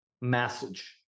message